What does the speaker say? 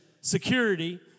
security